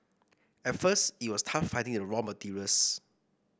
at first it was tough finding the raw materials